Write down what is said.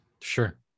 sure